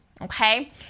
okay